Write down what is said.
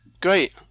Great